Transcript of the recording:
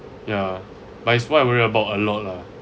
ya but it's what I worry about a lot lah